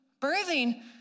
birthing